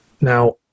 Now